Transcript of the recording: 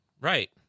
Right